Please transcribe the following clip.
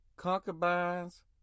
Concubines